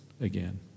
again